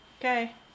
okay